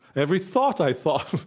every thought i thought.